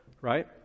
right